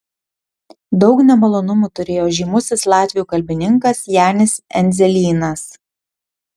daug nemalonumų turėjo žymusis latvių kalbininkas janis endzelynas